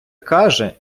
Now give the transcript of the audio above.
каже